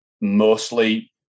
mostly